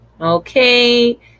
Okay